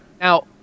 Now